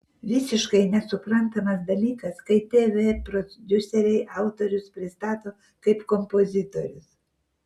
visiškai nesuprantamas dalykas kai tv prodiuseriai autorius pristato kaip kompozitorius